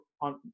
on